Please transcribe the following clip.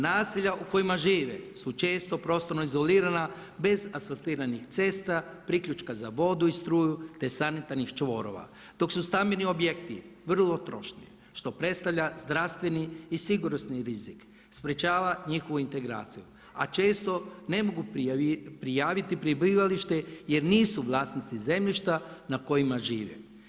Naselja u kojima žive su često prostorno izolirana bez asfaltiranih cesta, priključka za vodu i struju te sanitarnih čvorova dok su stambeni objekti vrlo trošni što predstavlja zdravstveni i sigurnosni rizik, sprječava njihovu integraciju a često ne mogu prijaviti prebivalište jer nisu vlasnici zemljišta na kojima žive.